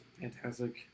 fantastic